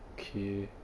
okay